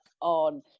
on